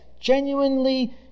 genuinely